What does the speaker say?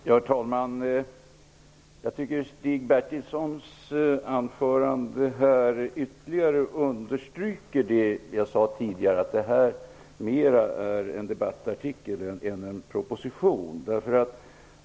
Herr talman! Stig Bertilssons anförande understryker ytterligare att detta snarare är en debattartikel än en proposition.